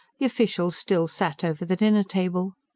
the officials still sat over the dinner-table.